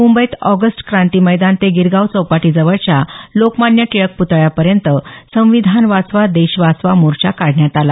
मुंबईत ऑगस्ट क्रांती मैदान ते गिरगाव चौपाटीजवळच्या लोकमान्य टिळक पुतळ्यापर्यंत संविधान वाचवा देश वाचवा मोर्चा काढण्यात आला